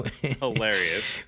Hilarious